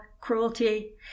cruelty